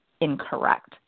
incorrect